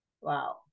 wow